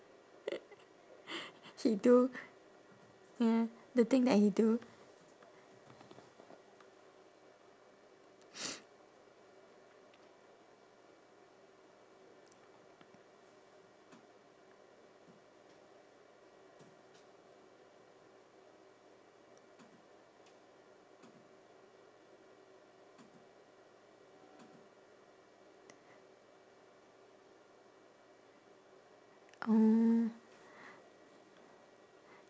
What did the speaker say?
he do ya the thing that he do